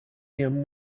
him